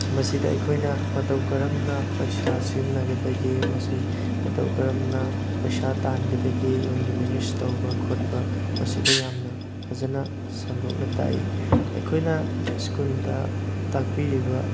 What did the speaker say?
ꯃꯁꯤꯗ ꯑꯩꯈꯣꯏꯅ ꯃꯇꯧ ꯀꯔꯝꯅ ꯄꯩꯁꯥ ꯁꯤꯖꯤꯟꯅꯒꯗꯒꯦ ꯃꯁꯤ ꯃꯇꯧ ꯀꯔꯝꯅ ꯄꯩꯁꯥ ꯇꯥꯟꯒꯗꯒꯦ ꯌꯨꯝꯒꯤ ꯃꯦꯅꯦꯖ ꯇꯧꯕ ꯈꯣꯠꯄ ꯃꯁꯤꯗ ꯌꯥꯝꯅ ꯐꯖꯅ ꯁꯟꯗꯣꯛꯅ ꯇꯥꯛꯏ ꯑꯩꯈꯣꯏꯅ ꯏꯁꯀꯨꯜꯗ ꯇꯥꯛꯄꯤꯔꯤꯕ